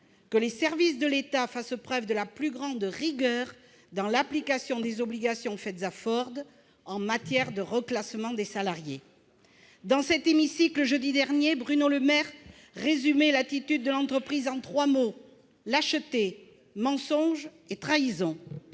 que les services de l'État fassent preuve de la plus grande rigueur dans l'application des obligations faites à Ford en matière de reclassement des salariés. Dans cet hémicycle, jeudi dernier, Bruno Le Maire résumait l'attitude de l'entreprise en trois mots :« lâcheté »,« mensonge » et « trahison